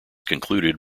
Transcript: concluded